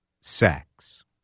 sex